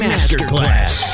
Masterclass